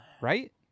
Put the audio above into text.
Right